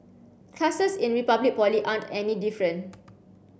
classes in Republic Poly aren't any different